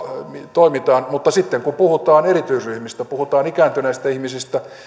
toimitaan mutta kun puhutaan erityisryhmistä puhutaan ikääntyneistä ihmisistä